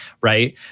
right